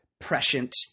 prescient